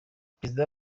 perezida